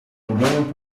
problemem